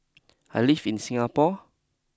I live in Singapore